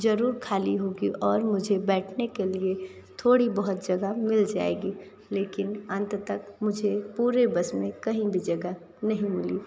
जरूर खाली होगी और मुझे बैठने के लिए थोड़ी बहुत जगह मिल जाएगी लेकिन अंत तक मुझे पूरे बस में कहीं भी जगह नहीं मिली